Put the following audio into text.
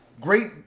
great